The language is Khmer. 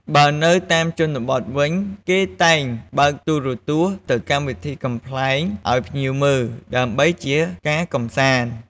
បើនៅតាមជនបទវិញ គេតែងបើកទូរទស្សន៍ទៅកម្មវិធីកំប្លែងឱ្យភ្ញៀវមើល ដើម្បីជាការកំសាន្ត។